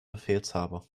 befehlshaber